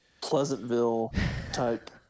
Pleasantville-type